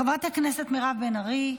חברת הכנסת מירב בן ארי,